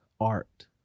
art